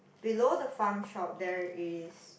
below the Farm Shop there is